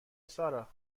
سارا